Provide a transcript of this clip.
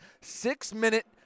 six-minute